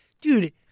dude